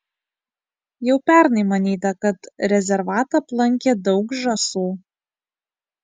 jau pernai manyta kad rezervatą aplankė daug žąsų